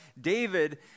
David